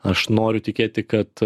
aš noriu tikėti kad